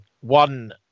one